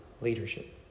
leadership